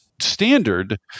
standard